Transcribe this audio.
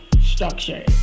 structured